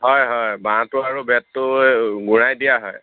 হয় হয় বাঁহটো আৰু বেটটো গুৰাই দিয়া হয়